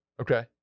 okay